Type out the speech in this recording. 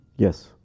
Yes